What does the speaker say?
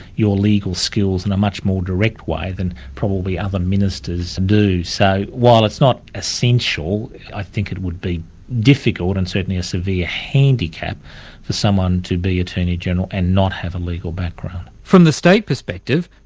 your legal skills in a much more direct way than probably other ministers do. so while it's not essential, i think it would be difficult, and certainly a severe handicap for someone to be attorney-general and not have a legal background. from the state perspective,